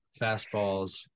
Fastballs